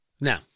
Now